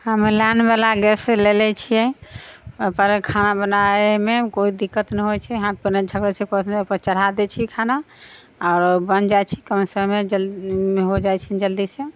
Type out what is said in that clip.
हम लाइनवला गैस लेले छियै ओहिपर खाना बनाबैमे कोइ दिक्कत नहि होइ छै ओहिपर चढ़ा दै छियै खाना आओर बनि जाइ छै कम समयमे हो जाइ छै जल्दीसँ